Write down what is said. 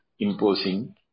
imposing